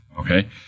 Okay